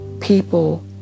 people